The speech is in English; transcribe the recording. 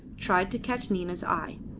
tried to catch nina's eye.